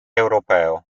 europeo